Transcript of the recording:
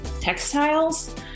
textiles